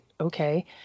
Okay